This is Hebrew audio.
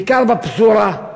בעיקר בפזורה,